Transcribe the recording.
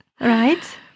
Right